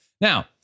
Now